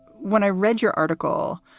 when i read your article,